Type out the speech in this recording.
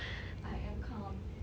I am calm